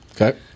Okay